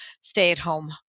stay-at-home